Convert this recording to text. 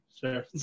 Sure